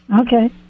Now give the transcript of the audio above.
Okay